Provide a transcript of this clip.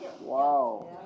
Wow